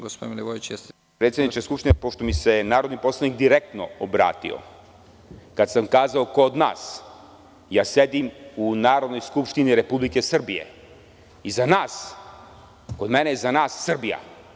Gospodine predsedniče Skupštine, pošto mi se narodni poslanik direktno obratio, kad sam kazao – kod nas, ja sedim u Narodnoj skupštini Republike Srbije i kod mene je „za nas“ – Srbija.